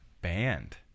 Banned